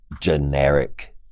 generic